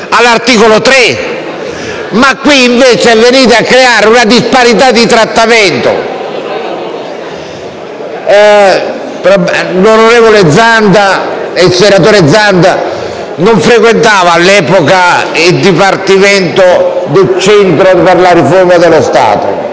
all'articolo 3, ma qui invece venite a creare una disparità di trattamento. Il senatore Zanda non frequentava il dipartimento del Centro per la riforma dello Stato,